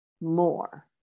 more